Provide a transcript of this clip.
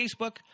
Facebook